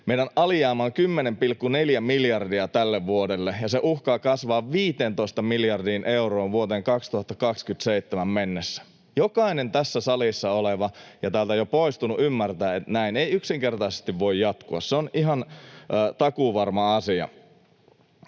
meidän alijäämä on 10,4 miljardia tälle vuodelle, ja se uhkaa kasvaa 15 miljardiin euroon vuoteen 2027 mennessä. Jokainen tässä salissa oleva ja täältä jo poistunut ymmärtää, että näin ei yksinkertaisesti voi jatkua. Se on ihan takuuvarma asia.